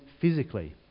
physically